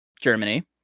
Germany